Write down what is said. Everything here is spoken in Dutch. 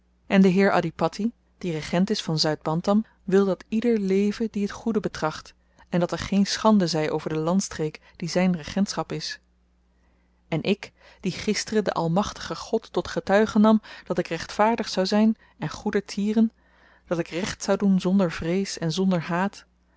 en de heer adhipatti die regent is van zuid bantam wil dat ieder leve die het goede betracht en dat er geen schande zy over de landstreek die zyn regentschap is en ik die gisteren den almachtigen god tot getuige nam dat ik rechtvaardig zou zyn en goedertieren dat ik recht zou doen zonder vrees en zonder haat